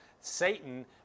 Satan